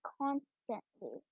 constantly